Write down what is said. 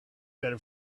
better